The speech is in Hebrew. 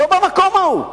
לא במקום ההוא.